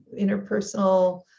interpersonal